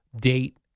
date